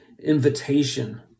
invitation